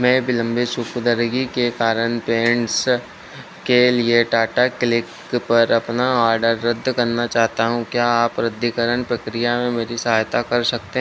मैं विलंबित सुफुदर्गी के कारण पैंट्स के लिए टाटा क्लिक पर अपना ऑर्डर रद्द करना चाहता हूं क्या आप रद्दीकरण प्रक्रिया में मेरी सहायता कर सकते हैं